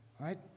right